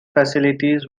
facilities